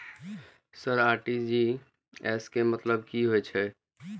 Sir RTGS के मतलब की हे छे?